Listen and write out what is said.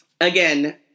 again